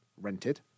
rented